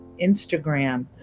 Instagram